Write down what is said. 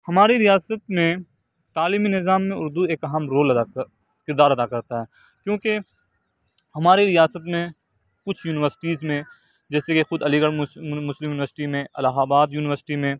ہماری ریاست میں تعلیمی نظام میں اردو ایک اہم رول ادا کردار ادا کرتا ہے کیوں کہ ہماری ریاست میں کچھ یونیورسٹیز میں جیسے کہ خود علی گڑھ مسلم یونیورسٹی میں الہ آباد یونیورسٹی میں